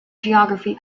geography